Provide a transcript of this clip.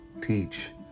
Teach